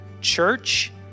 Church